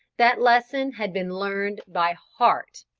that lesson had been learnt by heart,